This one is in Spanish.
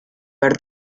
ver